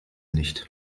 nicht